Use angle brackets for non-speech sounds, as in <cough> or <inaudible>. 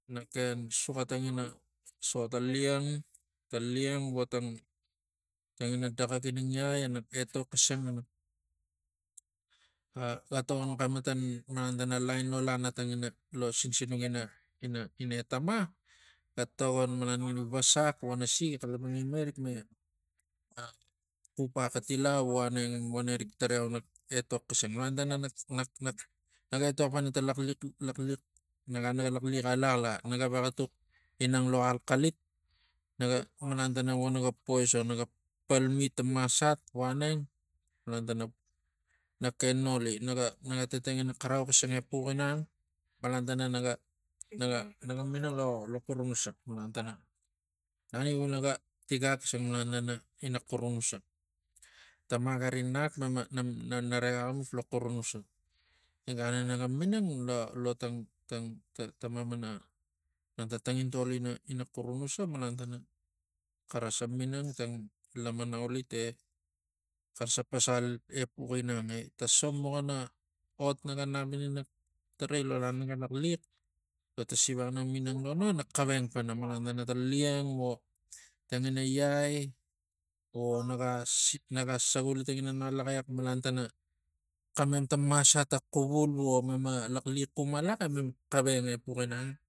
Nak ken soxa tangina so ta liang ta liang vo tangina daxak ina ngiai e nak etok xisang <hesitation> vo nak ah ga tokon xematan malan tana lain lo lana tangina lo sinsinuk ina- ina etama. Ga togon malan ngina vasak vo nasi gi xalapang ina ma xup axatil au vo aneng vo neng rik taraiau nak etok xisang malan tana nak- nak naga etok apana tang laxliax laxliax malan naga laxliax alax la naga vexatuk inang lo alaxalit naga tana naga poison naga palmit a masat vo aneng malan tana nak ken noli naga naga tatengina xarau xisang epuxgi nang malan tananaga naga naga minang lo xurun usa malan tana naniu nagatigak xisang malan na- na ina xurunusa. E gan naga minang lo- lo- lo tang tang tang ta malan tang tangintol ina xurunusa malan tana xara se minang tang laman aulit e xara se pasal epux inang e tang sombuxana ot naga nap ini naga tarai lo gan naga laxilax lo ta siva ang nak minang lo no nak xaveng pana malan tana ta liang vo tangina ngiai vo naga saguli tang ngalaxex malan tana xamem tang masat ga xuvul ro mema laxliax xum alaxe mem xaven epuc inag